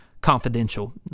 confidential